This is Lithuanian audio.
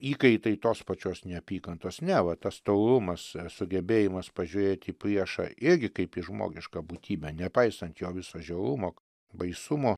įkaitai tos pačios neapykantos ne va tas taulumas sugebėjimas pažiūrėti į priešą irgi kaip į žmogišką būtybę nepaisant jo viso žiaurumo baisumo